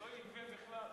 הוא לא יגבה בכלל.